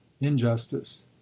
injustice